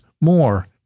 more